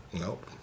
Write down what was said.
Nope